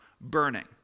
burning